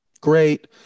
Great